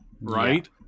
right